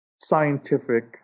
scientific